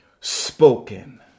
spoken